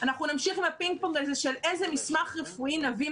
אנחנו נמשיך עם הפינג-פונג הזה של איזה מסמך רפואי נביא,